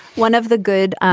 one of the good.